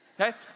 Okay